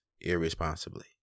irresponsibly